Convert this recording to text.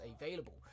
available